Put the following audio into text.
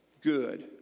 good